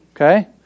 okay